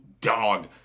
dog